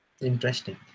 Interesting